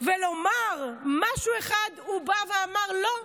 ולומר משהו אחד, הוא אמר: לא,